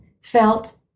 felt